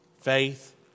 faith